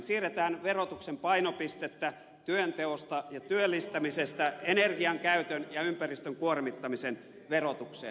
siirretään verotuksen painopistettä työnteosta ja työllistämisestä energian käytön ja ympäristön kuormittamisen verotukseen